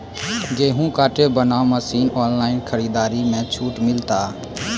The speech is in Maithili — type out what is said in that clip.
गेहूँ काटे बना मसीन ऑनलाइन खरीदारी मे छूट मिलता?